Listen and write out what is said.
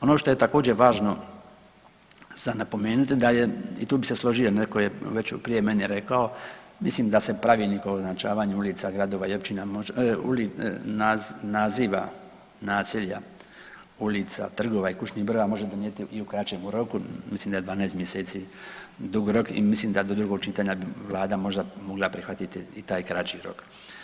Ono što je također važno za napomenuti da je i tu bi se složio, neko je već prije mene rekao, mislim da se Pravilnikom o označavanju ulica, gradova i općina, naziva naselja ulica, trgova i kućnih brojeva može donijeti i u kraćem roku, mislim da je 12 mjeseci dug rok i mislim da do drugog čitanja bi vlada možda mogla prihvatiti i taj kraći rok.